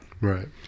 Right